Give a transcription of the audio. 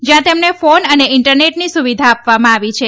જ્યાં તેમને ફોન અને ઇન્ટરનેટની સુવિધા આપવામાં આવી છે